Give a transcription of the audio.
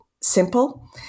simple